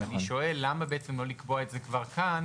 אני שואל למה לא לקבוע את זה כבר כאן,